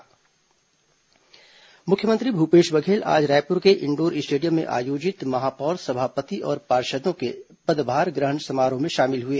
मुख्यमंत्री पदभार ग्रहण समारोह मुख्यमंत्री भूपेश बघेल आज रायपुर के इंडोर स्टेडियम में आयोजित महापौर सभापति और पार्षदों के पदभार ग्रहण समारोह में शामिल हुए